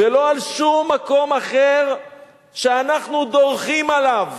ולא על שום מקום אחר שאנחנו דורכים עליו.